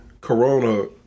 corona